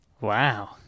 Wow